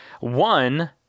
One